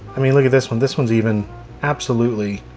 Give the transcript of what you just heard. i mean look at this one. this one's even absolutely,